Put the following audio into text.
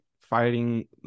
fighting